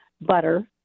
butter